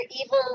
Evil